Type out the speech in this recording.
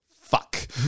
fuck